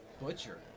Butcher